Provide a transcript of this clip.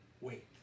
wait